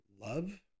love